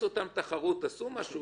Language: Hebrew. אותם לתחרות, תעשו משהו.